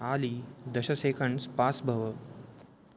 आली दश seconds pass भव